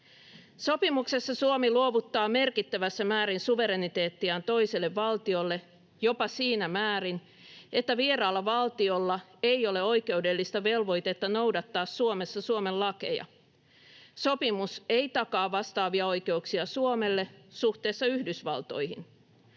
Sopimuksessa Suomi luovuttaa merkittävässä määrin suvereniteettiaan toiselle valtiolle, jopa siinä määrin, että vieraalla valtiolla ei ole oikeudellista velvoitetta noudattaa Suomessa Suomen lakeja. Sopimus ei takaa vastaavia oikeuksia Suomelle suhteessa Yhdysvaltoihin.